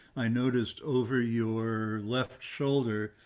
i noticed over your left shoulder,